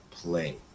Play